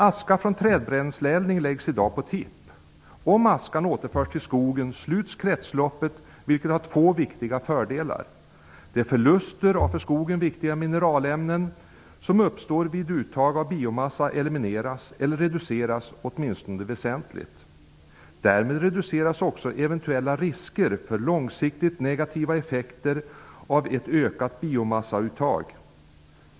Aska från trädbränsleeldning läggs i dag på tipp. Om askan återförs till skogen sluts kretsloppet, vilket har två viktiga fördelar. De förluster av för skogen viktiga mineralämnen som uppstår vid uttag av biomassa elimineras eller reduceras väsentligt. Därmed reduceras också eventuella risker för långsiktigt negativa effekter av ett ökat biomassauttag.